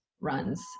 runs